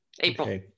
April